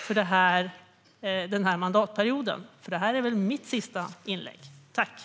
Tack för den här mandatperioden! Det här var mitt sista anförande.